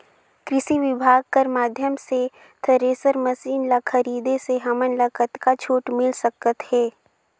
कृषि विभाग कर माध्यम से थरेसर मशीन ला खरीदे से हमन ला कतका छूट मिल सकत हे?